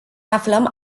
aflăm